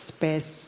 Space